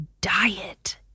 diet